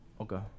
Okay